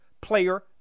player